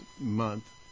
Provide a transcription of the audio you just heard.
month